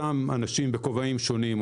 אותם אנשים בכובעים שונים,